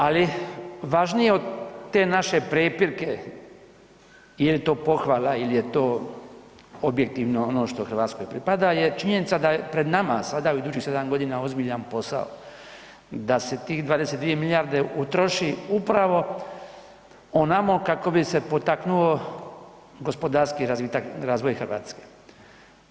Ali važnije od te naše prepirke, il je to pohvala, il je to objektivno ono što RH pripada je činjenica da je pred nama sada u idućih 7.g. ozbiljan posao, da se tih 22 milijarde utroši upravo onamo kako bi se potaknuo gospodarski razvitak, razvoj RH.